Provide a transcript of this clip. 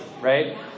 right